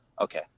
okay